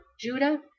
Judah